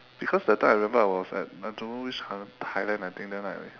because that time I remember I was at I don't know which coun~ thailand I think then I